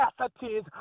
capacities